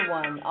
one